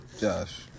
Josh